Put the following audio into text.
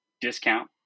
discount